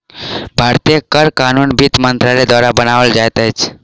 भारतीय कर कानून वित्त मंत्रालय द्वारा बनाओल जाइत अछि